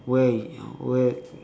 where is where